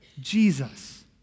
Jesus